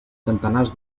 centenars